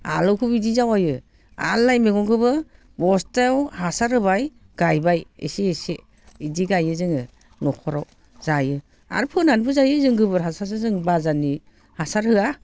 आलुखौबो बिदि जावायो आरो लाइ मैगंखौबो बस्थायाव हासार होबाय गायबाय इसे इसे बिदि गायो जोङो न'खराव जायो आरो फोनानैबो जायो जों गोबोर हासारजों जों बाजारनि हासार होआ